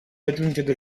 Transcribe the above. raggiungere